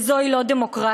וזו לא דמוקרטיה.